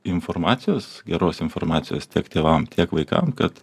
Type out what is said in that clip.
informacijos geros informacijos tiek tėvam tiek vaikam kad